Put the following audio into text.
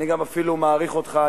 אני גם אפילו מעריך אותך.